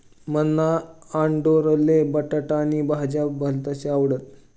मन्हा आंडोरले बटाटानी भाजी भलती आवडस